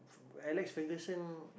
Alex-Ferguson